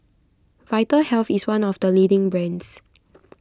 Vitahealth is one of the leading brands